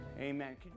amen